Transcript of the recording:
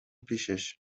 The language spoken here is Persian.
پیشش